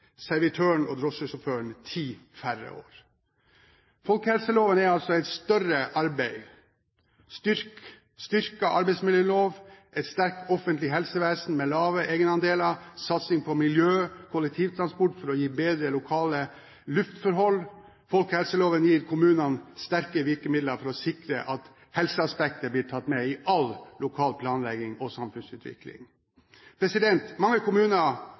servitøren og drosjesjåføren ti færre år. Folkehelseloven er et større arbeid – en styrket arbeidsmiljølov, et sterkt offentlig helsevesen med lave egenandeler, satsing på miljø og kollektivtransport for å gi bedre lokale luftforhold. Folkehelseloven gir kommunene sterke virkemidler for å sikre at helseaspektet blir tatt med i all lokal planlegging og samfunnsutvikling. Mange kommuner